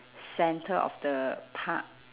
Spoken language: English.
centre of the park